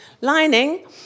lining